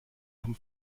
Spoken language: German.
vom